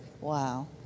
Wow